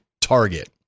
Target